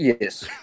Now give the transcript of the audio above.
yes